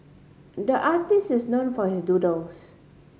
the artist is known for his doodles